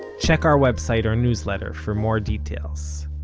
check our website or newsletter for more details.